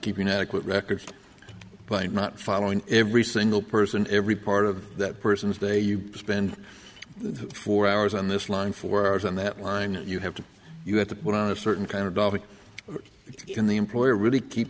keeping adequate records but not following every single person every part of that person's day you spend four hours on this line four hours on that line you have to you have to put on a certain kind of dog in the employer really keep